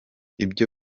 ibyo